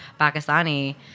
Pakistani